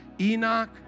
Enoch